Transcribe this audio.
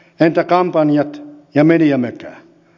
entä kampanjat ja mediamökä